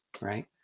right